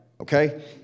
Okay